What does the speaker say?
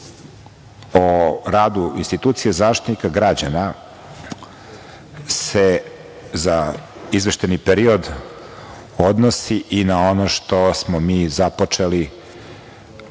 o radu institucija Zaštitnika građana, se za izveštajni period odnosi i na ono što smo mi započeli,